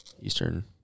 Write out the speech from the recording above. Eastern